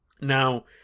Now